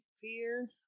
fear